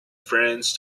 friends